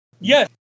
Yes